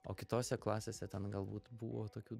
o kitose klasėse ten galbūt buvo tokių